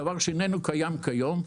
דבר שאינו קיים היום,